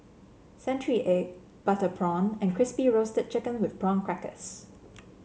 Century Egg Butter Prawn and Crispy Roasted Chicken with Prawn Crackers